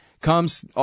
comes